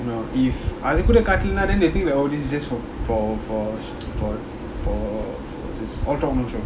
you know if அதுகூடகாட்டுன:adhukooda kaatuna then they think that oh this is just for for for for just all talk no show